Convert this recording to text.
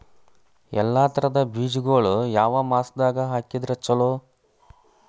ಎಲ್ಲಾ ತರದ ಬೇಜಗೊಳು ಯಾವ ಮಾಸದಾಗ್ ಹಾಕಿದ್ರ ಛಲೋ?